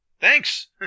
Thanks